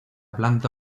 planta